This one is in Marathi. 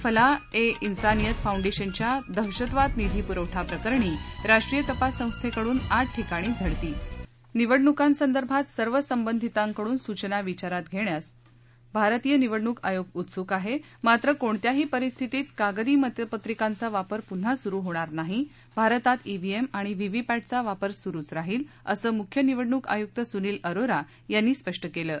फलाह ए उंसानियत फाऊंडेशनच्या दहशतवाद निधी पुरवठा प्रकरणी राष्ट्रीय तपास संस्थेकडून आठ ठिकाणी झडती निवडणुकांसंदर्भात सर्व संबधितांकडून सूचना विचारात घेण्यास भारतीय निवडणूक आयोग उत्सूक आहे मात्र कोणत्याही परिस्थितीत कागदी मतपत्रिकांचा वापर पुन्हा सुरू होणार नाहीत भारतात ईव्हीएम आणि व्हीव्हीपॅटचा वापर सुरूच राहिल असं मुख्य निवडणूक आयुक्त सुनिल अरोरा यांनी स्पष्ट केलं आहे